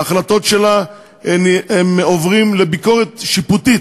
ההחלטות שלה עוברות ביקורת שיפוטית.